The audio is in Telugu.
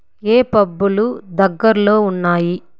ఏ పబ్బులు దగ్గరలో ఉన్నాయి